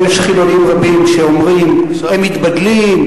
יש חילונים רבים שאומרים: הם מתבדלים,